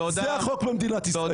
זה החוק במדינת ישראל.